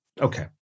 Okay